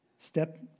Step